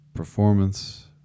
Performance